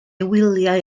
wyliau